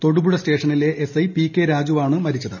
തൊടുപുഴ സ്റ്റേഷനിലെ SI P K രാജുവാണ് മരിച്ചത്